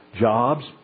jobs